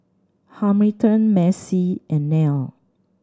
Hamilton Macey and Nell